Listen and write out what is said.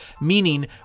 meaning